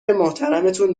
محترمتون